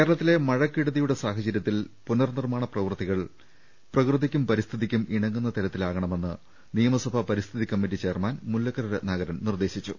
കേരളത്തിലെ മഴക്കെടുതിയുടെ സാഹചര്യത്തിൽ പുനർനിർമ്മാണ പ്രവൃത്തികൾ പ്രകൃതിക്കും പ്പരിസ്ഥിതിക്കും ഇണങ്ങുന്ന തരത്തിലാകണമെന്ന് നിയമസഭാ പരിസ്ഥിതി കമ്മറ്റി ചെയർമാൻ മുല്ലക്കര രത്നാകരൻ നിർദ്ദേശിച്ചു